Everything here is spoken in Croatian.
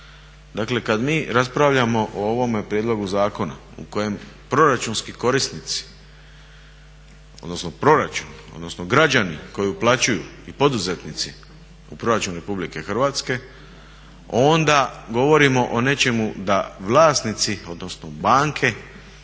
Dakle, kada mi raspravljamo o ovome prijedlogu zakona u kojem proračunski krasnici odnosno proračun odnosno građani koji uplaćuju i poduzetnici u proračun RH onda govorimo o nečemu da vlasnici odnosno banke